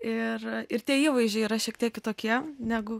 ir ir tie įvaizdžiai yra šiek tiek kitokie negu